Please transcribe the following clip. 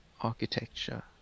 architecture